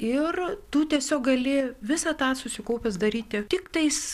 ir tu tiesiog gali visą tą susikaupęs daryti tiktais